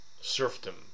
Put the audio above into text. serfdom